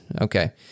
Okay